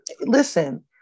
listen